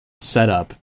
setup